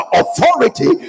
authority